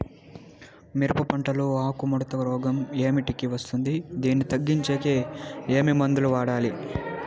మిరప పంట లో ఆకు ముడత రోగం ఏమిటికి వస్తుంది, దీన్ని తగ్గించేకి ఏమి మందులు వాడాలి?